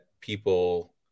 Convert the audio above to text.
people